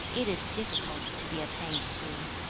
it is difficult to be attained to.